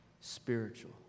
spiritual